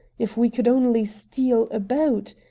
if we could only steal a boat!